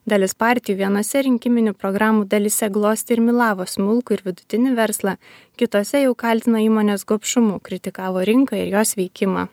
dalis partijų vienose rinkiminių programų delsyse glostė ir mylavo smulkų ir vidutinį verslą kitose jau kaltino įmones gobšumu kritikavo rinką ir jos veikimą